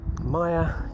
Maya